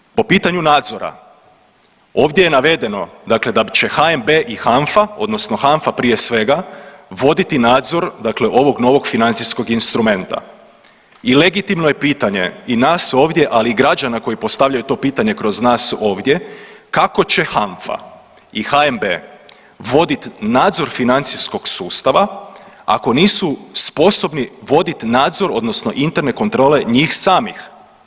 Druga stvar, po pitanju nadzora, ovdje je navedeno da će HNB i HANFA odnosno HANFA prije svega voditi nadzor ovog novog financijskog instrumenta i legitimno je pitanje i nas ovdje, ali i građana koji postavljaju to pitanje kroz nas ovdje, kako će HANFA i HNB vodit nadzor financijskog sustav ako nisu sposobni nadzor odnosno interne kontrole njih samih?